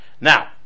now